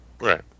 Right